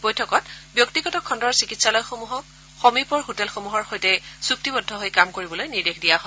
বৈঠকত ব্যক্তিগত খণুৰ চিকিৎসালয়সমূহক সমীপৰ হোটেলসমূহৰ লগত চুক্তিবদ্ধ হৈ কাম কৰিবলৈ নিৰ্দেশ দিয়া হয়